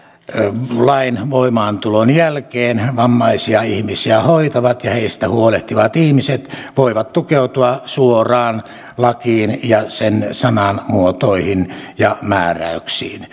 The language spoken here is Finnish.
tämän lain voimaantulon jälkeen vammaisia ihmisiä hoitavat ja heistä huolehtivat ihmiset voivat tukeutua suoraan lakiin ja sen sanamuotoihin ja määräyksiin